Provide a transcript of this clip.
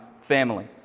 family